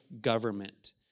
government